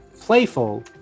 playful